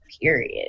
period